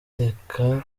reka